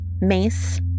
Mace